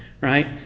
right